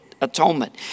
Atonement